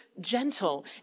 gentle